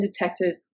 detected